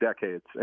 decades